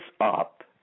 up